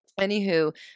anywho